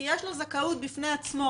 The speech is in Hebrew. כי יש לו זכאות בפני עצמו.